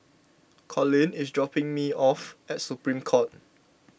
Colin is dropping me off at Supreme Court